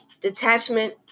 detachment